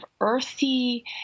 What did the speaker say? earthy